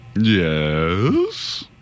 Yes